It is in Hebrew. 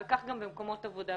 וכך גם במקומות עבודה.